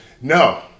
No